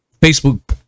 facebook